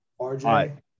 RJ